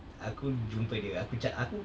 aku jumpa dia aku ca~ aku